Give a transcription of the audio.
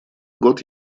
год